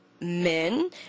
Men